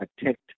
attacked